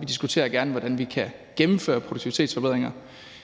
vi diskuterer gerne, hvordan vi kan gennemføre produktivitetsforbedringer,